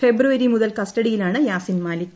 ഫെബ്രുവരി മുതൽ കസ്റ്റഡിയിലാണ് യാസിൻ മാലിക്